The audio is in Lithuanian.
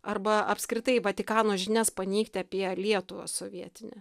arba apskritai vatikano žinias paneigti apie lietuvą sovietinę